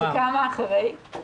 וכמה אחרי?